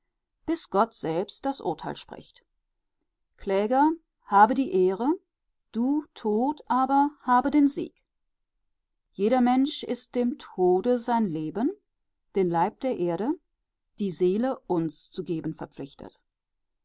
gott selbst das urteil spricht kläger habe die ehre du tod aber habe den sieg jeder mensch ist dem tode sein leben den leib der erde die seele uns zu geben verpflichtet